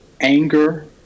anger